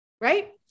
right